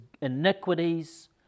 iniquities